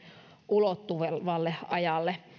ulottuvalle ajalle